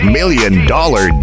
million-dollar